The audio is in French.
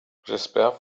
j’espère